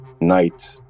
night